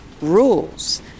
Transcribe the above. rules